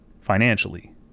financially